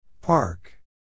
Park